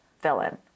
villain